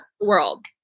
world